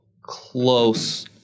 close